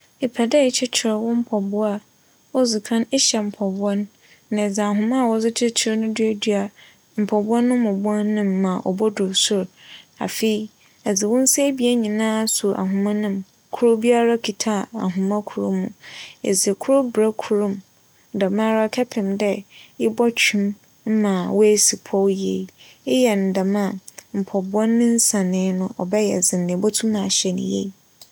Epɛ dɛ ekyekyer wo mpaboa a, odzi kan ͻwͻ dɛ ehyɛ mpaboa no na edze ahoma a wͻdze kyekyer no duadua mpaboa no mu bn no mu ma odur sor. Afei, ɛdze wo nsa ebien nyinaaa suo ahoma no mu. Kor biara kitsa ahoma kor mu. Edze kor bra kor mu dɛmara kɛpem dɛ ebͻtwe mu ma esi pͻw yie. eyɛ no dɛm a mpaboa no ne nsanee no ͻbɛyɛ dzen. ibotum ahyɛ no yie.